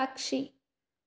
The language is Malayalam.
പക്ഷി